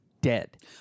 dead